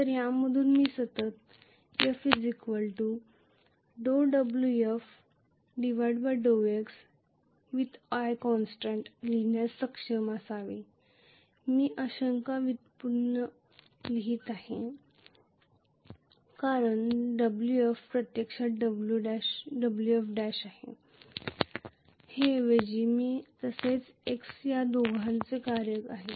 तर यामधून मी सतत F Wfix∂x । i constant लिहिण्यास सक्षम असावे मी आंशिक व्युत्पन्न लिहित आहे कारण Wf प्रत्यक्षात Wf' आहे हे ऐवजी मी तसेच x या दोहोंचे कार्य आहे